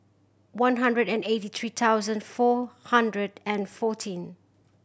one hundred and eighty three thousand four hundred and fourteen